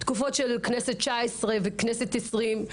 אני זוכרת תקופות של הכנסת ה-19 והכנסת ה-20,